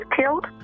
killed